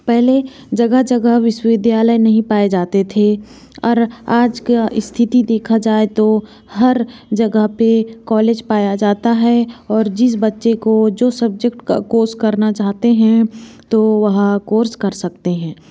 पहले जगह जगह विश्वविद्यालय नहीं पाए जाते थे और आज की स्थिति देखा जाए तो हर जगह पर कॉलेज पाया जाता है और जिस बच्चे को जो सब्जेक्ट का कोर्स करना चाहते हैं तो वह कोर्स कर सकते हैं